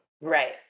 Right